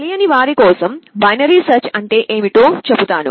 తెలియని వారి కోసం బైనరీ సెర్చ్ అంటే ఏమిటో చెపుతాను